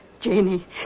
Janie